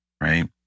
right